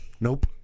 nope